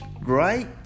right